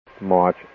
March